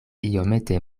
iomete